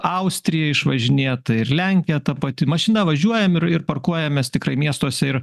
austrija išvažinėta ir lenkija ta pati mašina važiuojam ir ir pakuojamės tikrai miestuose ir